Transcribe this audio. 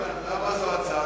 גילאון, למה זאת הצעה נכונה?